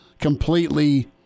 completely